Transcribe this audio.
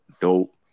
dope